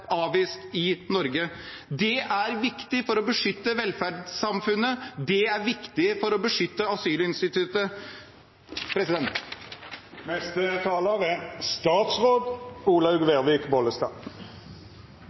avvist i Norge. Det er viktig for å beskytte velferdssamfunnet, det er viktig for å beskytte asylinstituttet. Å forhandle om en regjeringsplattform er